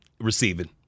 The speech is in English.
receiving